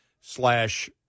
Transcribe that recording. slash